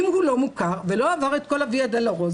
אם הוא לא מוכר ולא עבר את כל הויה דולורוזה,